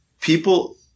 People